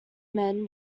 men